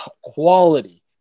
Quality